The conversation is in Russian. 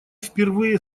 впервые